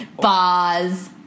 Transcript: bars